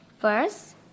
First